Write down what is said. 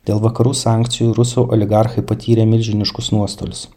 dėl vakarų sankcijų rusų oligarchai patyrė milžiniškus nuostolius